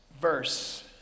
verse